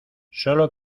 solo